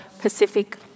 Pacific